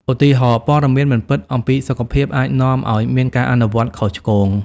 ឧទាហរណ៍ ព័ត៌មានមិនពិតអំពីសុខភាពអាចនាំឲ្យមានការអនុវត្តខុសឆ្គង។